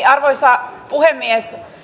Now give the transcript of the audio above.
arvoisa puhemies